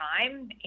time